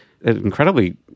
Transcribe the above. incredibly